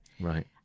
Right